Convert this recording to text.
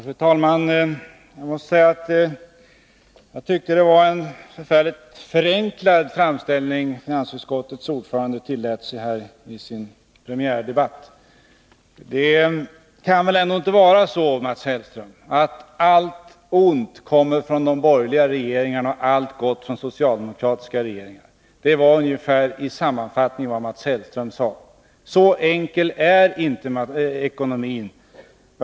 Fru talman! Jag måste säga att jag tycker det var en förfärligt förenklad framställning finansutskottets ordförande tillät sig att göra här i sin premiärdebatt. Det kan väl ändå inte vara så, Mats Hellström, att allt ont kommer från de borgerliga regeringarna och allt gott från socialdemokratiska regeringar? Det var i sammanfattning ungefär vad Mats Hellström sade. Så enkel är inte ekonomin.